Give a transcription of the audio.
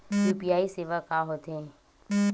UPI सेवा का होथे?